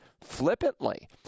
flippantly